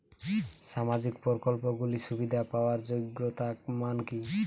সামাজিক প্রকল্পগুলি সুবিধা পাওয়ার যোগ্যতা মান কি?